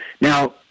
Now